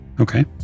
Okay